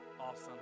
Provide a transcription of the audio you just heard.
awesome